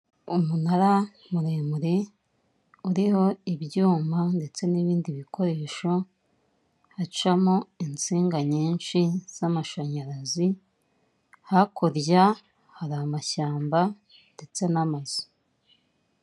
Umunara muremure, uriho ibyuma, ndetse n'ibindi bikoresho, hacamo insinga nyinshi, z'amashanyarazi, hakurya, hari amashyamba ndetse n'amazu.